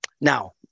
now